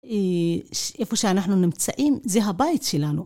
איפה שאנחנו נמצאים זה הבית שלנו.